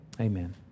Amen